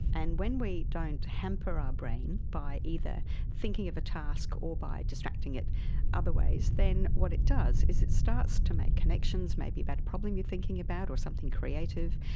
and when we don't hamper our brain by either thinking of a task or by distracting it in other ways, then what it does is it starts to make connections, maybe about a problem you're thinking about or something creative,